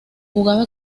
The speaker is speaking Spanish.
jugaba